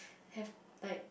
have like